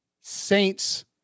Saints